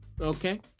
Okay